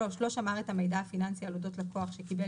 לא שמר את המידע הפיננסי על אודות לקוח שקיבל